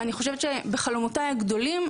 אני חושבת שבחלומותיי הגדולים,